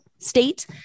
State